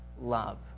love